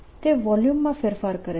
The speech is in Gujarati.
તે વોલ્યુમમાં ફેરફાર કરે છે